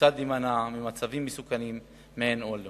כיצד להימנע ממצבים מסוכנים מעין אלה